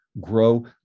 Grow